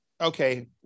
okay